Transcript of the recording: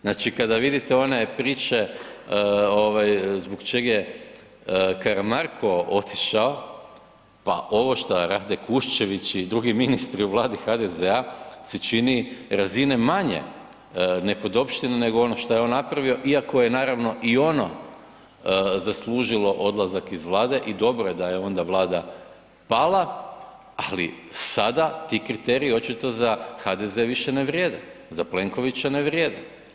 Znači kada vidite one priče ovaj zbog čega je Karamarko otišao, pa ovo šta rade Kuščević i drugi ministri u Vladi HDZ-a se čini razine manje nepodopština nego što je on napravio iako je naravno i ono zaslužilo odlazak iz vlade i dobro je da je onda vlada pala, ali sada ti kriteriji očito za HDZ više ne vrijede, za Plenkovića ne vrijede.